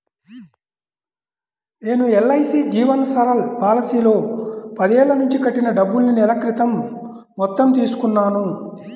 నేను ఎల్.ఐ.సీ జీవన్ సరల్ పాలసీలో పదేళ్ళ నుంచి కట్టిన డబ్బుల్ని నెల క్రితం మొత్తం తీసుకున్నాను